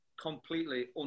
completely